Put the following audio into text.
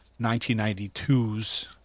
1992s